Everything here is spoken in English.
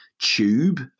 tube